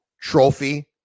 trophy